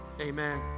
amen